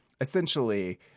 essentially